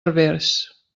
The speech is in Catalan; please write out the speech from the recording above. herbers